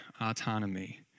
autonomy